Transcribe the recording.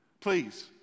please